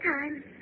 time